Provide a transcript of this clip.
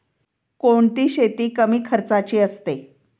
कोणती शेती कमी खर्चाची असते?